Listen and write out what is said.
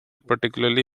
particularly